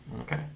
Okay